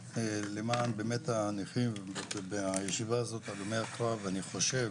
למען באמת הנכים והישיבה הזאת אני אומר פה ואני חושב